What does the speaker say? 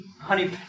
honey